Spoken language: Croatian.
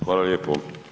Hvala lijepo.